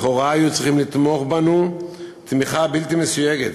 לכאורה היו צריכים לתמוך בנו תמיכה בלתי מסויגת,